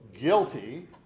guilty